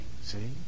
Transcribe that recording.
see